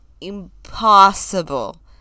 impossible